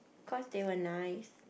cause they were nice